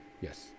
Yes